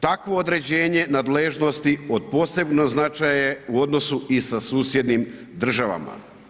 Takvo određenje nadležnosti od posebnog značaja je i u odnosu sa susjednim državama.